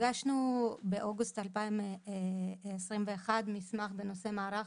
הגשנו באוגוסט 2021 מסמך בנושא "מערך